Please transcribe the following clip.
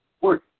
Work